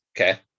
Okay